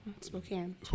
Spokane